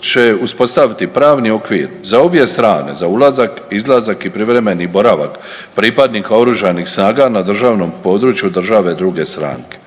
će uspostaviti pravni okvir za obje strane za ulazak, izlazak i privremeni boravak pripadnika OS-a na državnom području države druge stranke.